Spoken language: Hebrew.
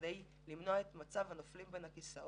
זאת כדי למנוע את מצב הנופלים בין הכיסאות,